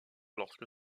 lorsque